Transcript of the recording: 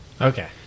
Okay